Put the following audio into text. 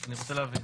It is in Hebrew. אני רוצה להבין.